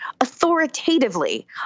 authoritatively